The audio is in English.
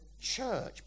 church